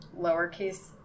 lowercase